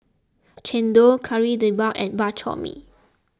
Chendol Kari Debal and Bak Chor Mee